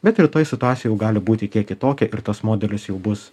bet rytoj situacija jau gali būti kiek kitokia ir tas modelis jau bus